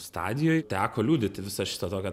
stadijoj teko liudyti visą šitą tokią